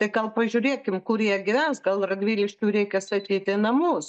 tai gal pažiūrėkim kur jie gyvens gal radvilškiui reikia statyti namus